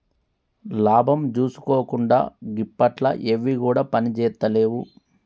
లాభం జూసుకోకుండ గిప్పట్ల ఎవ్విగుడ పనిజేత్తలేవు